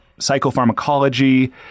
psychopharmacology